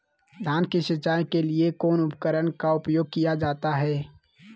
धान की सिंचाई के लिए कौन उपकरण का उपयोग किया जाता है?